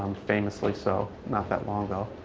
famously so, not that long ago.